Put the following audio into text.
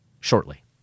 Shortly